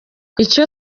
icyo